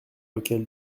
lequel